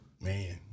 man